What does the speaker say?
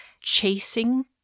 chasing